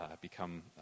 become